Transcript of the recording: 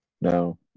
No